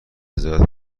رضایت